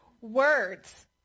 words